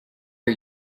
are